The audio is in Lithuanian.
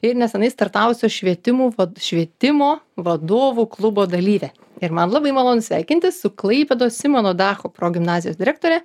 ir nesenai startavusio švietimų vad švietimo vadovų klubo dalyvė ir man labai malonu sveikintis su klaipėdos simono dacho progimnazijos direktore